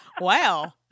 Wow